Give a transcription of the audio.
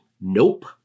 nope